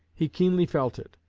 he keenly felt it,